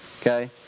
okay